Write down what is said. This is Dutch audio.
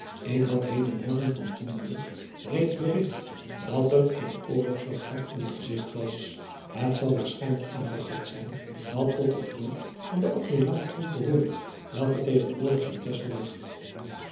ik had heden morgen van omburg reeds berigt dat er een oorlogsfregat in t gezigt was het zal waarschijnlijk een fregat zijn dat tot de vloot van den dmiraal behoort welke tegenwoordig in exel ligt